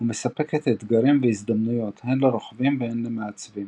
ומספקת אתגרים והזדמנויות הן לרוכבים והן למעצבים.